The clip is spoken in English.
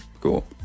cool